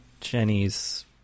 Jenny's